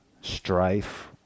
strife